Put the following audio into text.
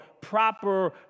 proper